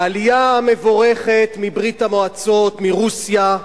העלייה המבורכת מברית-המועצות, מרוסיה,